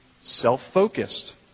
self-focused